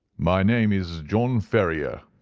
my name is john ferrier,